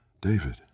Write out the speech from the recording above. David